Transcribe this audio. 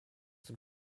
than